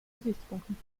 gesichtspunkten